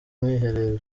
mwiherero